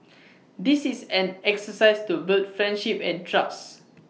this is an exercise to build friendship and trust